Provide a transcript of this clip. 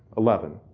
eleven.